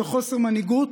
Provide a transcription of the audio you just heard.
של חוסר מנהיגות,